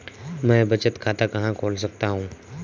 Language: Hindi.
मैं बचत खाता कहां खोल सकता हूं?